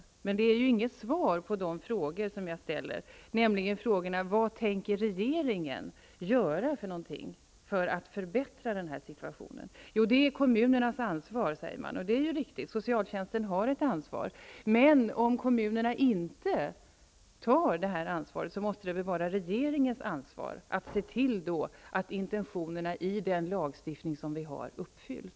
Men socialministern ger ju inga svar på den fråga jag ställer, nämligen: Vad tänker regeringen göra för att förbättra situationen? Socialministern säger i svaret att detta är kommunernas ansvar, och det är riktigt att socialtjänsten har ett ansvar. Men om kommunerna inte tar det här ansvaret måste det väl vara regeringens ansvar att se till att intentionerna i den lagstiftning vi har uppfylls.